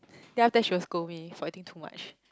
yea after that she will scold me for eating too much